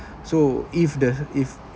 so if the if